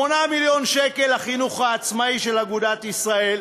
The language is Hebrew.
8 מיליון שקל לחינוך העצמאי של אגודת ישראל,